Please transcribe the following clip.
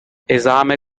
esame